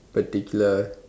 particular